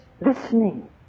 listening